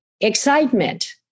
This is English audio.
excitement